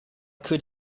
could